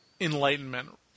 enlightenment